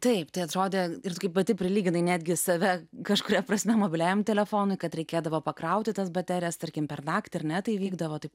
taip sode ir kaip pati prilygina netgi save kažkuria prasme mobiliajam telefonui kad reikėdavo pakrauti tas baterijas tarkim per naktį ar ne tai įvykdavo taip